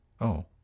Oh